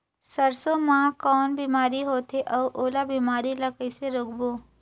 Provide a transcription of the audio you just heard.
सरसो मा कौन बीमारी होथे अउ ओला बीमारी ला कइसे रोकबो?